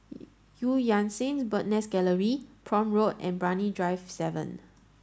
Eu Yan Sang Bird's Nest Gallery Prome Road and Brani Drive seven